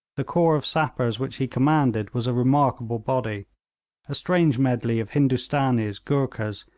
the corps of sappers which he commanded was a remarkable body a strange medley of hindustanees, goorkhas,